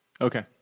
Okay